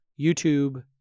YouTube